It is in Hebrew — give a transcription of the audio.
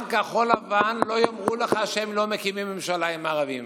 גם כחול לבן לא יאמרו לך שהם מקימים ממשלה עם הערבים.